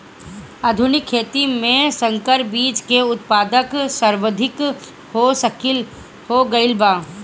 आधुनिक खेती में संकर बीज के उत्पादन सर्वाधिक हो गईल बा